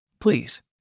please